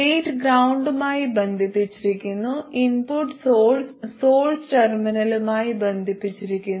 gate ഗ്രൌണ്ടുമായി ബന്ധിപ്പിച്ചിരിക്കുന്നു input source source ടെർമിനലുമായി ബന്ധിപ്പിച്ചിരിക്കുന്നു